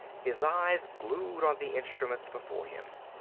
his eyes glued on the instruments before him.